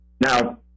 Now